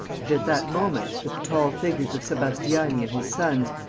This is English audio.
but, at that moment, with the tall figures of sebastiani and his sons,